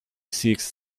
seeks